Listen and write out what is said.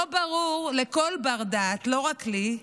לא ברור לכל בר-דעת, לא רק לי,